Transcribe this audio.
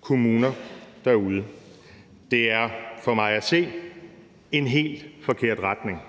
kommuner derude, og det er for mig at se en hel forkert retning.